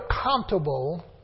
accountable